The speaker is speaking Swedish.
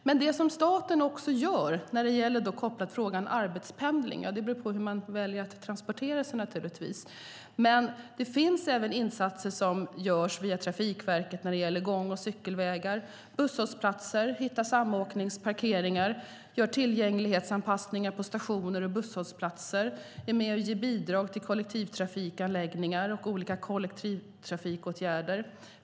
När det gäller arbetspendling gör staten - det beror givetvis på hur man väljer att transporteras - insatser via Trafikverket avseende gång och cykelvägar, busshållplatser, samåkningsparkeringar, tillgänglighetsanpassningar på stationer och busshållplatser, bidrag till kollektivtrafikanläggningar och olika kollektivtrafikåtgärder.